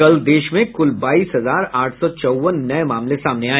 कल देश में कुल बाईस हजार आठ सौ चौवन नए मामले सामने आए